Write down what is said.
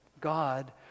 God